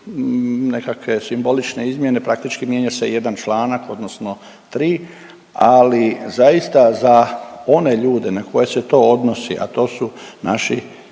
nekakve simbolične izmjene, praktički mijenja se jedan članak odnosno tri, ali zaista za one ljude na koje se to odnosi, a to su naši